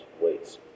weights